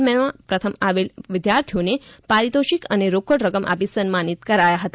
એમમાં પ્રથમ આવેલ વિદ્યાર્થીઓને પારિતોષિક અને રોકડ રકમ આપી સન્માનિત કરાયા હતા